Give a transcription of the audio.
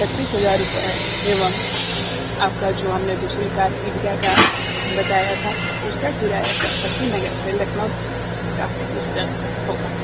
पच्चीस हजार रुपये है एवं आपका जो हमने दूसरे कार इडगा का बताया था उसका किराया शक्ति नगर से लखनऊ का पैंतीस हजार रुपये होगा